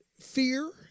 Fear